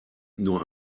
nur